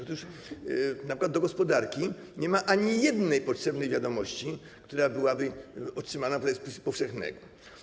Otóż np. dla gospodarki nie ma ani jednej potrzebnej wiadomości, która byłaby otrzymana podczas spisu powszechnego.